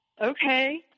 okay